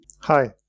Hi